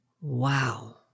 wow